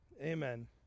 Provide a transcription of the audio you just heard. Amen